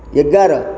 ଏଗାର